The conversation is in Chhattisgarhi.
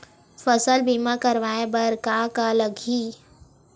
फसल बीमा करवाय बर का का लगही?